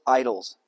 idols